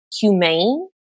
humane